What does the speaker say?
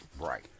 Right